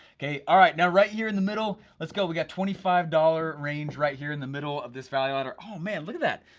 alright, now right here in the middle, lets go, we've got twenty five dollars range right here in the middle of this value ladder. oh man, look at that,